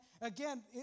again